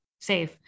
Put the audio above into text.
Safe